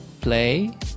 play